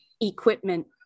equipment